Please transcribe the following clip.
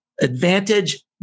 advantage